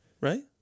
right